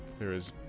there's